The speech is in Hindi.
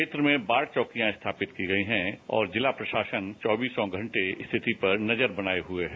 क्षेत्र में बाढ़ चौकियां स्थापित की गई हैं और जिला प्रशासन चौबीसों घंटे स्थिति पर नजर बनाए हए है